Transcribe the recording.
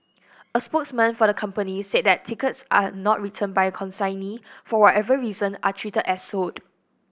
a spokesman for the company said that tickets not returned by a consignee for whatever reason are treated as sold